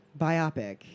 biopic